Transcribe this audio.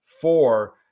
four